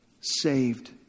saved